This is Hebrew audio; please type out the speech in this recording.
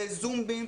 לזוּמבים,